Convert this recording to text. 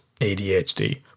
ADHD